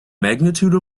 magnitude